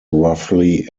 roughly